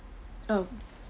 oh